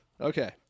okay